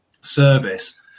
service